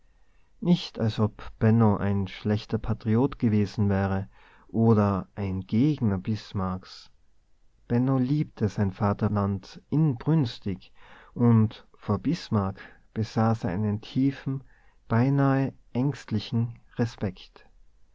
nicht als ob benno ein schlechter patriot gewesen wäre oder ein gegner bismarcks benno liebte sein vaterland inbrünstig und vor bismarck besaß er einen tiefen beinahe ängstlichen respekt